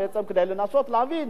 בעצם כדי לנסות להבין